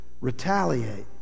retaliate